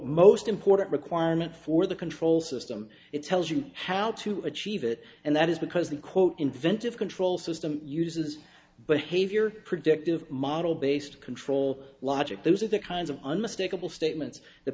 most important requirement for the control system it tells you how to achieve it and that is because the quote inventive control system uses but havior predictive model based control logic those are the kinds of unmistakable statements the